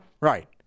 right